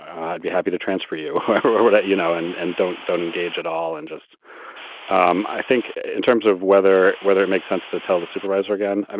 i'd be happy to transfer you wouldn't you know, and and don't don't engage at all. and just um i think in terms of whether whether it makes sense to tell the supervisor again. and